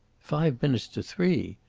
five minutes to three!